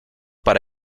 para